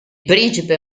principe